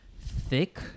thick